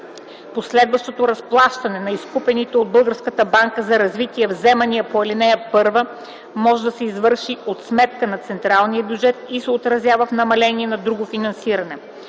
Последващото разплащане на изкупените от Българската банка за развитие вземания по ал. 1 може да се извърши от сметка на централния бюджет и се отразява в намаление на друго финансиране.